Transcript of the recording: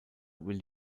will